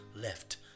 left